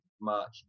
March